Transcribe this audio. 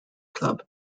club